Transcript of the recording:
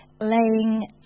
laying